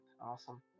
Awesome